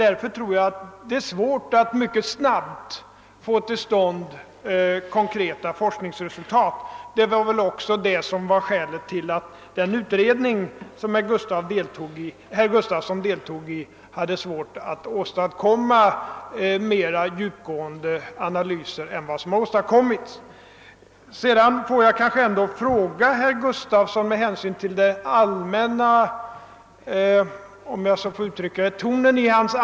Jag tror det är svårt att snabbt få fram konkreta forskningsresultat. Detta var väl också skälet till att den utredning som herr Gustavsson deltog i hade svårt att åstadkomma några mer djupgående analyser. Med anledning av tonen i herr Gustavssons anförande får jag kanske ställa en fråga till honom.